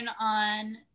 on